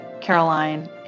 Caroline